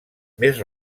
més